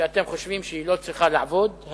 שאתם חושבים שהיא לא צריכה לעבוד.